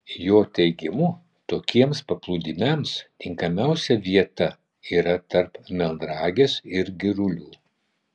jo teigimu tokiems paplūdimiams tinkamiausia vieta yra tarp melnragės ir girulių